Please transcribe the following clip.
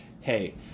hey